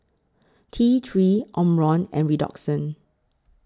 T three Omron and Redoxon